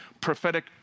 prophetic